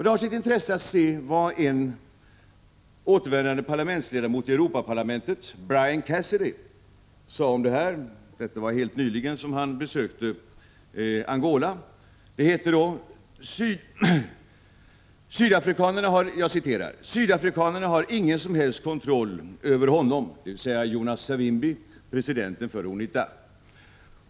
Det har sitt intresse att höra vad en återvändande parlamentsledamot i Europaparlamentet, Bryan Cassidy, som helt nyligen besökte Angola, sade om detta. Han sade: ”Sydafrikanerna har ingen som helst kontroll över honom .